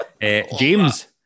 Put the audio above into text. James